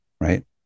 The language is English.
right